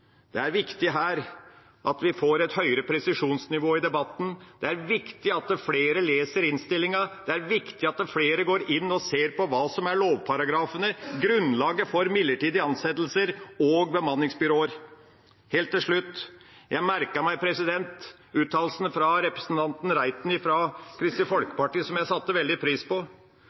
Det er viktig at vi får et høyere presisjonsnivå i debatten. Det er viktig at flere leser innstillinga. Det er viktig at flere går inn og ser på hva som er lovparagrafene, grunnlaget for midlertidige ansettelser og bemanningsbyråer. Helt til slutt: Jeg merket meg uttalelsene fra representanten Reiten fra Kristelig Folkeparti, som jeg satte veldig pris på,